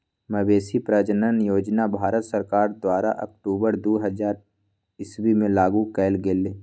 मवेशी प्रजजन योजना भारत सरकार द्वारा अक्टूबर दू हज़ार ईश्वी में लागू कएल गेल